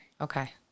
Okay